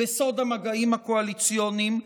בסוד המגעים הקואליציוניים,